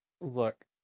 Look